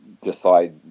decide